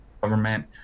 government